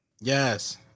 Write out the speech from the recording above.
Yes